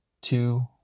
two